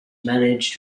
managed